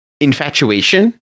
infatuation